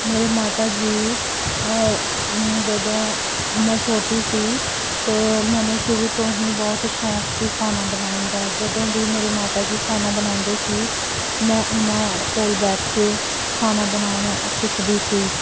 ਮੇਰੇ ਮਾਤਾ ਜੀ ਜਦੋਂ ਮੈਂ ਛੋਟੀ ਸੀ ਅਤੇ ਮੈਨੂੰ ਸ਼ੁਰੂ ਤੋਂ ਹੀ ਬਹੁਤ ਸ਼ੌਂਕ ਸੀ ਖਾਣਾ ਬਣਾਉਣ ਦਾ ਜਦੋਂ ਵੀ ਮੇਰੇ ਮਾਤਾ ਜੀ ਖਾਣਾ ਬਣਾਉਂਦੇ ਸੀ ਮੈਂ ਉਹਨਾਂ ਕੋਲ ਬੈਠ ਕੇ ਖਾਣਾ ਬਣਾਉਣਾ ਸਿੱਖਦੀ ਸੀ